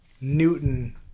Newton